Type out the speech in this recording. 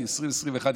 כי 2021,